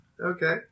Okay